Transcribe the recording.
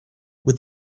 with